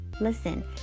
Listen